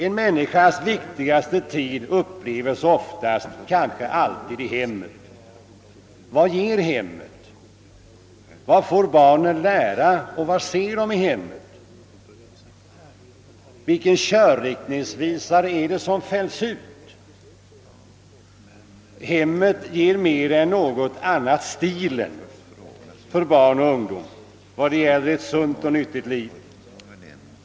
En människas viktigaste tid upplevs oftast, kanske alltid i hemmet. Vad ger hemmet, vad får barnen lära och vad ser de i hemmet? Vilken körriktningsvisare fälls ut? Hemmet ger mer än något annat stilen för barn och ungdom när det gäller ett sunt och nyttigt liv.